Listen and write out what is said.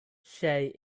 say